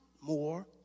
more